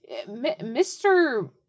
Mr